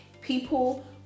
people